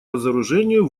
разоружению